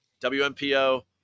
WMPO